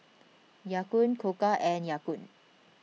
Ya Kun Koka and Ya Kun